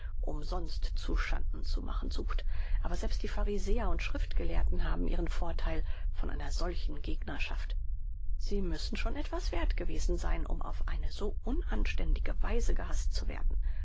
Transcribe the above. umsonst zu schanden zu machen sucht aber selbst die pharisäer und schriftgelehrten haben ihren vortheil von einer solchen gegnerschaft sie müssen schon etwas werth gewesen sein um auf eine so unanständige weise gehaßt zu werden